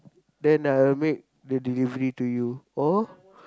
then I'll make the delivery to you or